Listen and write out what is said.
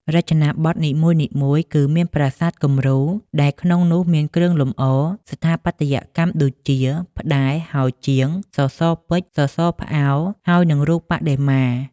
រចនាបថនីមួយៗគឺមានប្រាសាទគំរូ ដែលក្នុងនោះមានគ្រឿងលំអ ស្ថាបត្យកម្ម ដូចជា ផ្ដែរ ហោជាង សសរពេជ្រ សសរផ្អោ ហើយនិងរូបបដិមា។